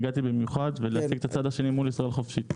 הגעתי במיוחד להציג את הצד השני מול ישראל חופשית.